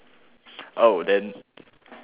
oh then